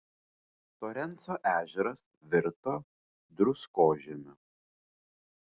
torenso ežeras virto druskožemiu